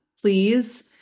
Please